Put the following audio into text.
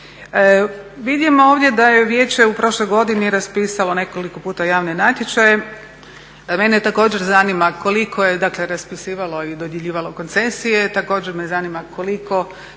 Vidimo ovdje da je vijeće u prošloj godini raspisalo nekoliko puta javne natječaje. Mene također zanima koliko je dakle raspisivalo i dodjeljivalo koncesije, također me zanima koliko